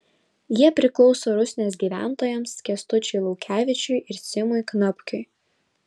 jie priklauso rusnės gyventojams kęstučiui laukevičiui ir simui knapkiui